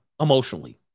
emotionally